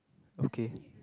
okay